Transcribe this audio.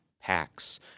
packs